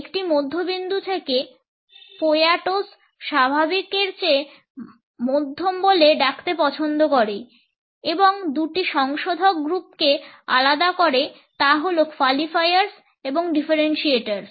একটি মধ্যবিন্দু থেকে Poyatos স্বাভাবিকের চেয়ে মধ্যম বলে ডাকতে পছন্দ করে এবং দুটি সংশোধক গ্রুপকে আলাদা করে তারা হল কোয়ালিফায়ারস্ এবং দ্বিতীয়টি ডিফারেনশিয়েটরস্